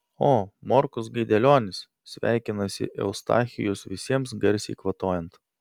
o morkus gaidelionis sveikinasi eustachijus visiems garsiai kvatojant